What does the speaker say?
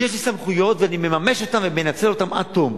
יש לי סמכויות ואני מממש אותן ואני מנצל אותן עד תום,